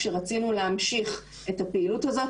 כשרצינו להמשיך את הפעילות הזאת,